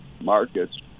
Markets